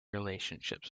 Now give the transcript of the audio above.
relationships